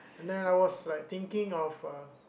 and then I was like thinking of uh